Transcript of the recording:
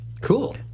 Cool